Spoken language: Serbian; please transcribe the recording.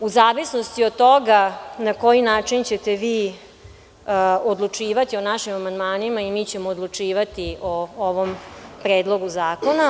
U zavisnosti od toga na koji način ćete vi odlučivati o našim amandmanima, i mi ćemo odlučivati o ovom predlogu zakona.